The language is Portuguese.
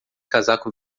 casaco